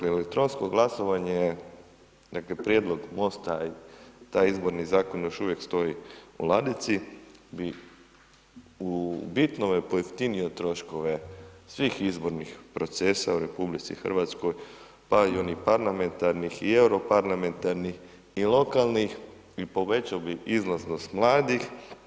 Elektronsko glasovanje je prijedlog MOST-a, taj Izborni zakon još uvijek stoji u ladici i u bitnome pojeftinio troškove svih izbornih procesa u RH, pa i onih parlamentarnih i europarlamentarnih i lokalnih i povećao bi izlaznost mladih.